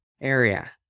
area